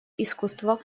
искусство